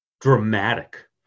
dramatic